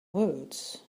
words